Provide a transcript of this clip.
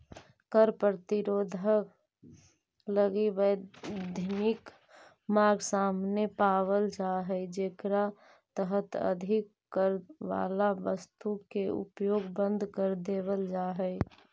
कर प्रतिरोध लगी वैधानिक मार्ग सामने पावल जा हई जेकरा तहत अधिक कर वाला वस्तु के उपयोग बंद कर देवल जा हई